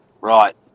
right